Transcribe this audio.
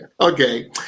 okay